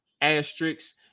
asterisks